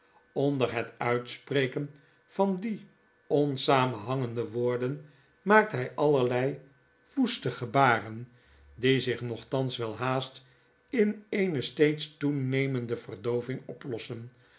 onder het uitspreken van die onsamenhangende woorden maakt hy allerlei woeste gebaren die zich nochtans welhaast in eene steeds toenemende verdoving oplossen